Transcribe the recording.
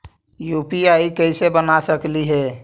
UPI कैसे बना सकली हे?